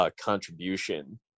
contribution